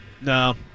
No